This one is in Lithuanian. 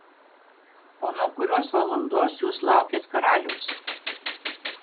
o nuo kurios valandos jūs laukėt karaliaus